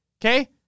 Okay